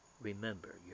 Remember